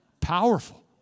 Powerful